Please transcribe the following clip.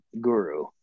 guru